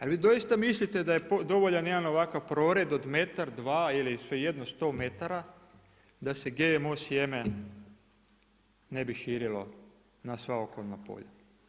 A vi doista mislite da je dovoljan jedan ovakav prored od metar, dva ili svejedno 100 metara, da se GMO sjeme ne bi širilo na sva okolna polja?